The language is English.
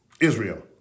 Israel